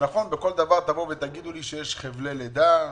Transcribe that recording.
בכל דבר תגידו לי שיש חבלי לידה,